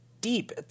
deep